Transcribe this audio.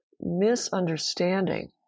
misunderstanding